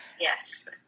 Yes